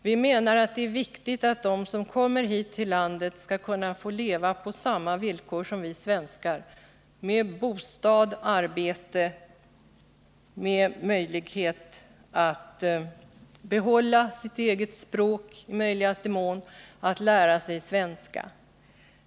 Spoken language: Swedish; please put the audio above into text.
Vi menar att det är viktigt att de som kommer hit till Sverige skall kunna få leva på samma villkor som vi svenskar med bostad och arbete, med möjlighet att behålla sitt eget hemspråk och att lära sig svenska.